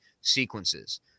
sequences